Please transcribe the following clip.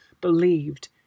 believed